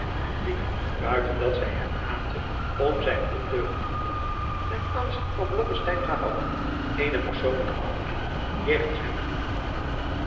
die buiten dat zij hem haatte om zijn ondeugend gedrag ten aanzien van blommesteyn gehouden eenen persoonlijken af keer jegens hem voedde